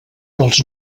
dels